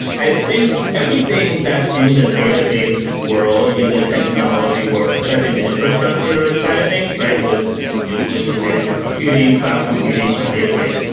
i think everything that's in the database world in the technology world, especially in the infrastructure side of things was you know was related to computing, cloud computing or database.